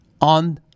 on